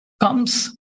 comes